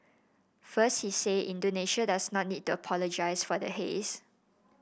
first he said Indonesia does not need to apologise for the haze